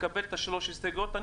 תקבל את שלוש ההסתייגויות,